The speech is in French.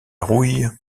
rouille